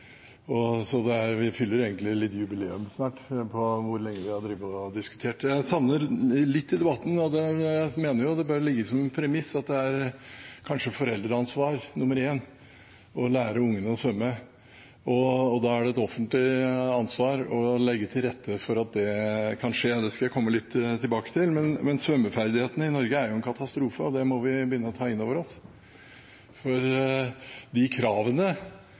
opp, så vi har egentlig snart jubileum for hvor lenge vi har diskutert det. Det jeg savner litt i debatten – jeg mener det bør ligge som premiss – er at det kanskje er foreldreansvar nummer én å lære ungene å svømme, og da er det et offentlig ansvar å legge til rette for at det kan skje. Det skal jeg komme litt tilbake til. Svømmeferdighetene i Norge er en katastrofe, og det må vi begynne å ta innover oss. De kravene